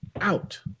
out